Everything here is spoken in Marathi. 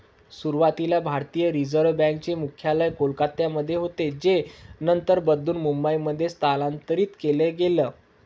सुरुवातीला भारतीय रिझर्व बँक चे मुख्यालय कोलकत्यामध्ये होतं जे नंतर बदलून मुंबईमध्ये स्थलांतरीत केलं गेलं